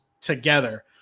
together